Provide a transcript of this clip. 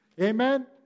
Amen